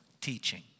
teaching